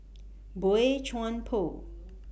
Boey Chuan Poh